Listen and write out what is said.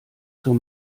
zur